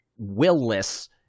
willless